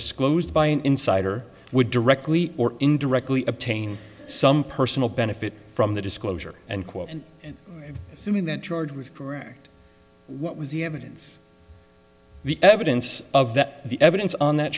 disclosed by an insider would directly or indirectly obtain some personal benefit from the disclosure and quote and assuming that george was correct what was the evidence the evidence of that the evidence on that